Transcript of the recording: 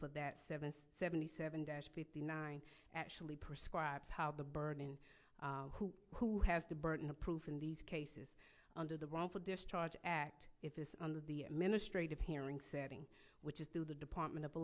for that seven seventy seven dash fifty nine actually prescribes how the burden who who has the burden of proof in these cases under the wrongful discharge act if this under the administrative hearing setting which is due the department of